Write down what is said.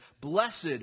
blessed